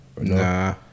Nah